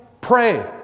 Pray